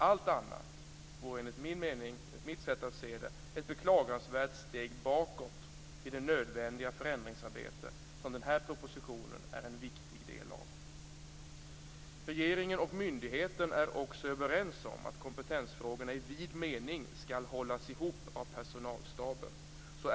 Allt annat vore, enligt mitt sätt att se det, ett beklagansvärt steg bakåt i det nödvändiga förändringsarbete som den här propositionen är en viktig del av. Regeringen och myndigheten är också överens om att kompetensfrågor i vid mening skall hållas ihop av personalstaben.